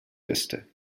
beste